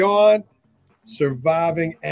Surviving